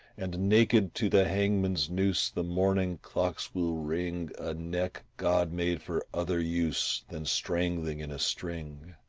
and naked to the hangman's noose the morning clocks will ring a neck god made for other use than strangling in a string.